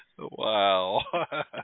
Wow